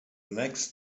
next